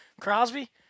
Crosby